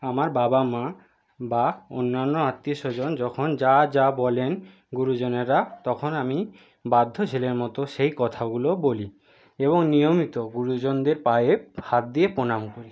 আমার বাবা মা বা অন্যান্য আত্মীয় স্বজন যখন যা যা বলেন গুরুজনেরা তখন আমি বাধ্য ছেলের মতো সেই কথাগুলো বলি এবং নিয়মিত গুরুজনদের পায়ে হাত দিয়ে প্রণাম করি